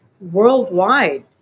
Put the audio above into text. worldwide